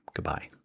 goodbye,